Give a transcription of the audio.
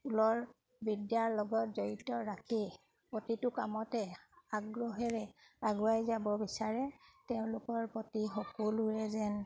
ঊলৰ বিদ্যাৰ লগত জড়িত ৰাখি প্ৰতিটো কামতে আগ্ৰহেৰে আগুৱাই যাব বিচাৰে তেওঁলোকৰ প্ৰতি সকলোৰে যেন